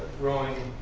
growing,